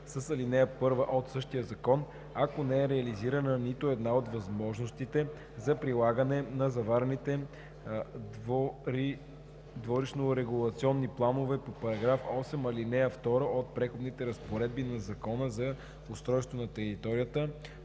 с ал. 5 от същия закон, ако не е реализирана нито една от възможностите за прилагане на заварените дворищнорегулационни планове по § 8, ал. 2 от преходните разпоредби на Закона за устройство на територията,